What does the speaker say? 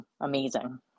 amazing